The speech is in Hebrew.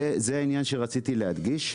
זה העניין שרציתי להדגיש.